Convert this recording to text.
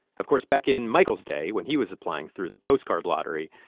of course, back in michael's day when he was applying through the postcard lottery,